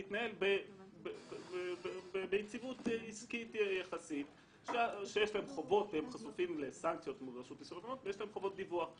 לנותני שירותים של בית הספר - הבנק מדווח על